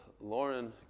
Lauren